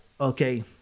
Okay